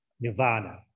Nirvana